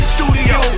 Studio